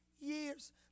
years